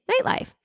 nightlife